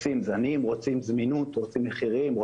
רוצים זנים, רוצים זמינות, רוצים מחירים.